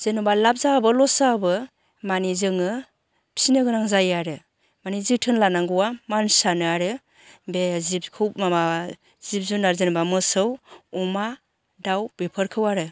जेन'बा लाभ जाबाबो लस जाबाबो मानि जोङो फिसिनो गोनां जायो आरो मानि जोथोन लानांगौया मानसियानो आरो बे जिबखौ माबा जिब जुनार जेनोबा मोसौ अमा दाउ बेफोरखौ आरो